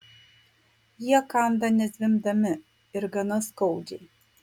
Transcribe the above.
jie kanda nezvimbdami ir gana skaudžiai